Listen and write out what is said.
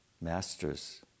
masters